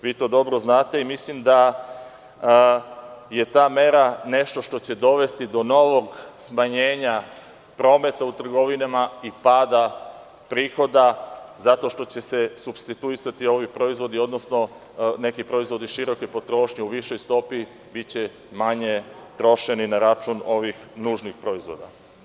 Vi to dobro znate i mislim da je ta mera nešto što će dovesti do novog smanjenja prometa u trgovinama i pada prihoda zato što će se supstituisati ovi proizvodi, odnosno, neki proizvodi široke potrošnje u višoj stopi biće manje trošeni na račun ovih nužnih proizvoda.